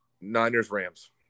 Niners-Rams